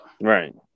Right